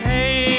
Hey